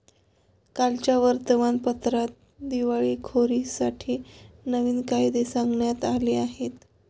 कालच्या वर्तमानपत्रात दिवाळखोरीसाठी नवीन कायदे सांगण्यात आले आहेत